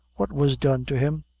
what was done to him?